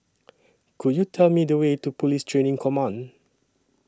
Could YOU Tell Me The Way to Police Training Command